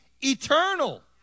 eternal